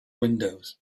windows